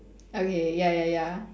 okay ya ya ya